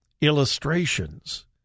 illustrations